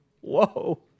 Whoa